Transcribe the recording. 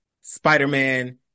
Spider-Man